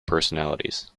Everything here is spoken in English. personalities